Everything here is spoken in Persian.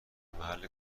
محل